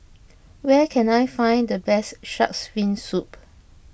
where can I find the best Shark's Fin Soup